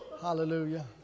Hallelujah